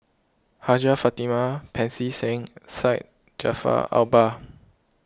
Hajjah Fatimah Pancy Seng Syed Jaafar Albar